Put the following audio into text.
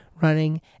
running